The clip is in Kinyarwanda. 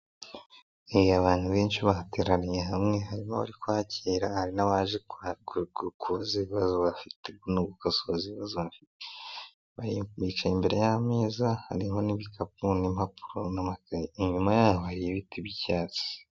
Ni abantu benshi bateraniye hamwe harimo abari kwakira hari n'abaje kubaza ibibazo no gukosoza ibibazo bafite. Bamwe bicaye imbere y'ameza harimo n'ibikapu n'impapuro inyuma yaho hari ibiti by'icyatsi.